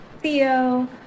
Theo